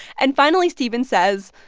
and finally stephen says,